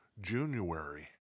January